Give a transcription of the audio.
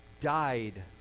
died